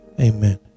amen